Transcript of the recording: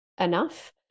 enough